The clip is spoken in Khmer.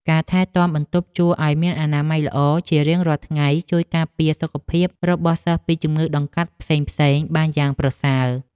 ការថែទាំបន្ទប់ជួលឱ្យមានអនាម័យល្អជារៀងរាល់ថ្ងៃជួយការពារសុខភាពរបស់សិស្សពីជំងឺដង្កាត់ផ្សេងៗបានយ៉ាងប្រសើរ។